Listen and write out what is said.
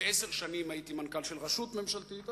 ועשר שנים הייתי מנכ"ל של רשות ממשלתית,